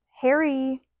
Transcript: harry